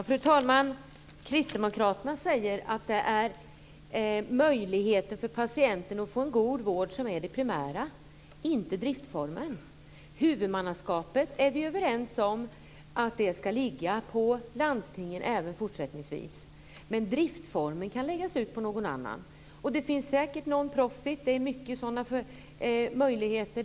Fru talman! Kristdemokraterna säger att möjligheten för patienten att få en god vård är det primära, inte driftsformen. Huvudmannaskapet är vi överens om ska ligga på landstingen även fortsättningsvis. Men driften kan läggas ut på någon annan. Det finns säkert någon profit. Det finns många sådana möjligheter.